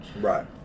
Right